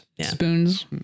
Spoons